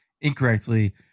incorrectly